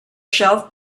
shelf